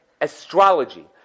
astrology